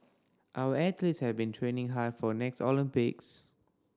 our athletes have been training hard for the next Olympics